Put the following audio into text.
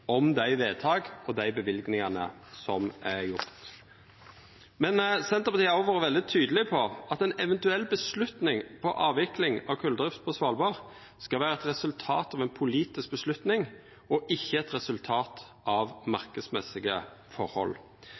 dei vedtaka og dei løyvingane som er gjorde. Men Senterpartiet har òg vore veldig tydeleg på at ei eventuell avgjerd om avvikling av koldrifta på Svalbard skal vera eit resultat av ei politisk avgjerd og ikkje eit resultat av marknadsmessige forhold.